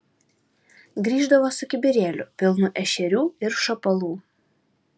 grįždavo su kibirėliu pilnu ešerių ir šapalų